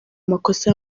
makosa